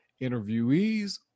interviewees